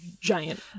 giant